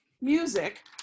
Music